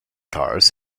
cars